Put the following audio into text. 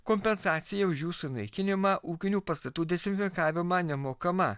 kompensacija už jų sunaikinimą ūkinių pastatų dezinfekavimą nemokama